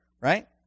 right